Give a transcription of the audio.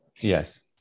Yes